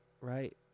right